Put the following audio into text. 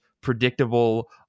predictable